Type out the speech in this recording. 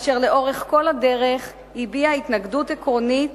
אשר לאורך כל הדרך הביע התנגדות עקרונית